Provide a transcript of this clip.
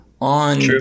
on